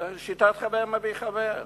זה שיטת חבר מביא חבר,